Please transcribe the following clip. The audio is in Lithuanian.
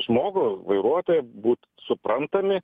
žmogų vairuotoją būt suprantami